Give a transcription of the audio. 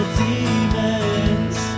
demons